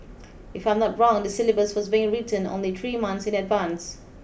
if I'm not wrong the syllabus was being written only three months in advance